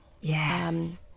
Yes